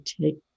take